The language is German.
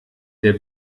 der